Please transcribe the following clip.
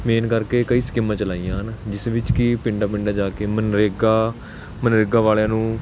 main ਕਰਕੇ ਕਈ ਸਕੀਮਾਂ ਚਲਾਈਆਂ ਹਨ ਜਿਸ ਵਿੱਚ ਕਿ ਪਿੰਡਾਂ ਪਿੰਡਾਂ ਜਾ ਕੇ ਮਨਰੇਗਾ ਮਨਰੇਗਾ ਵਾਲਿਆਂ ਨੂੰ